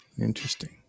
Interesting